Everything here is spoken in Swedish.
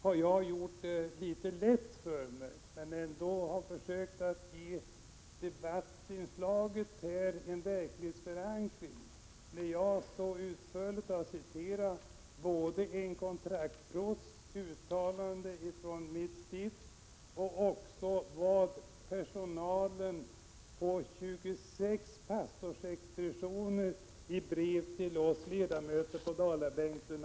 Jag har gjort det lätt för mig, men har ändå försökt att ge debattinslaget en verklighetsförankring, när jag så utförligt har citerat ett uttalande från en kontraktsprost i mitt stift och vad personalen på 26 pastorsexpeditioner i brev har skrivit till oss ledamöter på Dalabänken.